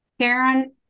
Karen